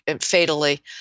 fatally